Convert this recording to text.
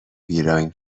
ایران